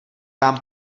vám